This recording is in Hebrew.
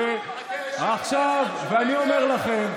ואני אומר לכם,